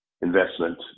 investment